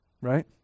Right